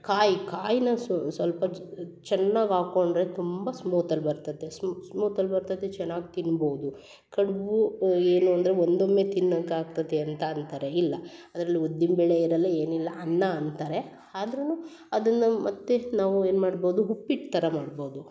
ಕಾಯಿ ಕಾಯಿನ ಸ್ವಲ್ಪ ಚೆನ್ನಾಗಿ ಹಾಕೊಂಡರೆ ತುಂಬ ಸ್ಮೂತಲ್ಲಿ ಬರ್ತತೆ ಸ್ಮೂತಲ್ಲಿ ಬರ್ತತೆ ಚೆನ್ನಾಗಿ ತಿನ್ಬೌದು ಕಡ್ಬು ಏನು ಅಂದರೆ ಒಂದೊಮ್ಮೆ ತಿನ್ನಾಕೆ ಆಗ್ತತೆ ಅಂತ ಅಂತಾರೆ ಇಲ್ಲ ಅದ್ರಲ್ಲಿ ಉದ್ದಿನ್ಬೇಳೆ ಇರಲ್ಲ ಏನು ಇಲ್ಲ ಅನ್ನ ಅಂತಾರೆ ಆದರೂ ಅದನ್ನ ಮತ್ತೆ ನಾವು ಏನು ಮಾಡ್ಬೌದು ಉಪ್ಪಿಟ್ಟು ಥರ ಮಾಡ್ಬೌದು